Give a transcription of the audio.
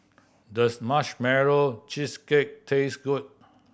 does Marshmallow Cheesecake taste good